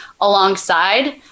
alongside